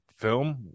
Film